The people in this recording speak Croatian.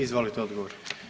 Izvolite odgovor.